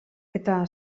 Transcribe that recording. eta